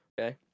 okay